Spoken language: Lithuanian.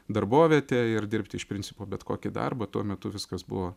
darbovietę ir dirbti iš principo bet kokį darbą tuo metu viskas buvo